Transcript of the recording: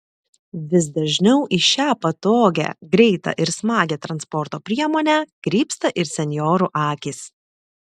vis dažniau į šią patogią greitą ir smagią transporto priemonę krypsta ir senjorų akys